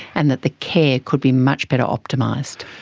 and that the care could be much better optimised.